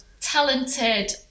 talented